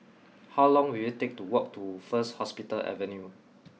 how long will it take to walk to First Hospital Avenue